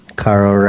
caro